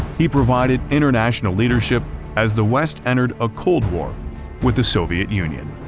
he provided international leadership as the west entered a cold war with the soviet union.